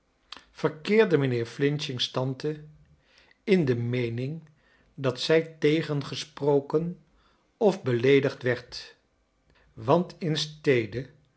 verkeerde mijnheer f's tante in de meening dat zij tegengesproken of beleedigd werd want in stede